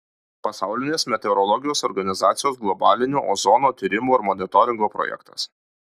pasaulinės meteorologijos organizacijos globalinio ozono tyrimo ir monitoringo projektas